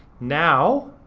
now,